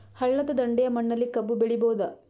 ಹಳ್ಳದ ದಂಡೆಯ ಮಣ್ಣಲ್ಲಿ ಕಬ್ಬು ಬೆಳಿಬೋದ?